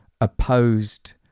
opposed